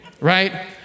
right